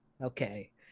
Okay